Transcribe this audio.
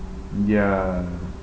ya